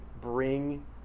bring